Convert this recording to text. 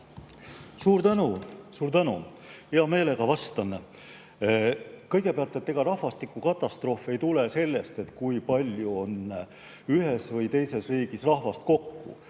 ei või? Suur tänu! Hea meelega vastan. Kõigepealt, ega rahvastikukatastroof ei tulene sellest, kui palju on ühes või teises riigis rahvast kokku.